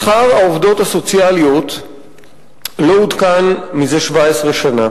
שכר העובדות הסוציאליות לא עודכן מזה 17 שנה.